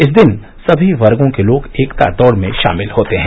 इस दिन सभी वर्गों के लोग एकता दौड़ में शामिल होते हैं